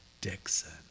Dixon